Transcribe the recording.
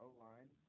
O-line